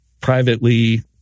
privately